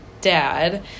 dad